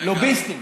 לוביסטים